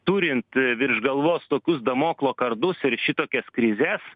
turint virš galvos tokius damoklo kardus ir šitokias krizes